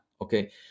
Okay